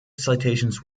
citations